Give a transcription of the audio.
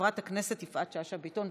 חברת הכנסת יפעת שאשא ביטון,